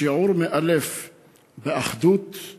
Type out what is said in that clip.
שיעור מאלף באחדות,